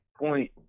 point